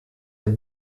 herr